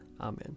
Amen